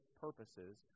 purposes